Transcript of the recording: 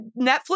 Netflix